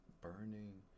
burning